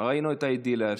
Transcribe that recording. ראינו את האידיליה הזאת.